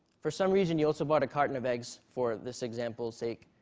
for some reason you also bought a carton of eggs, for this example's sake,